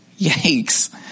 Yikes